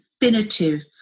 definitive